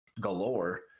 galore